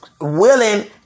willing